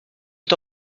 est